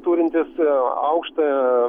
turintis aukštą